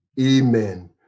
Amen